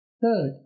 third